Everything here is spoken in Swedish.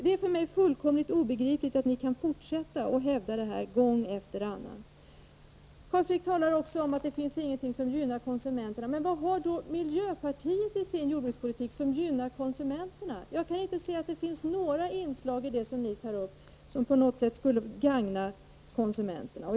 Det är för mig fullkomligt obegripligt att ni kan fortsätta att hävda detta gång efter annan. Carl Frick talar också om att det inte finns någonting som gynnar konsumenterna. Vad har då miljöpartiet i sin jordbrukspolitik som gynnar konsumenterna? Jag kan inte se att det finns några inslag i det som ni tar upp, som på något sätt skulle gagna konsumenterna.